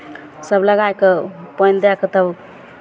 सभ लगाए कऽ पानि दए कऽ तब